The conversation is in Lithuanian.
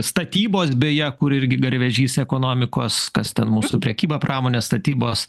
statybos beje kur irgi garvežys ekonomikos kas ten mūsų prekyba pramonės statybos